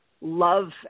love